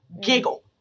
Giggle